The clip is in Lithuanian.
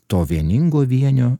to vieningo vienio